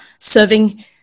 serving